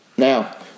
Now